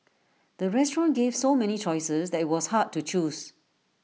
the restaurant gave so many choices that IT was hard to choose